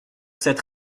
cette